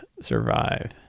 survive